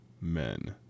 men